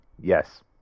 Yes